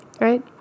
right